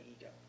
ego